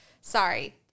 sorry